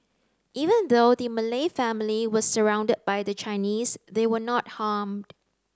even though the Malay family was surrounded by the Chinese they were not harmed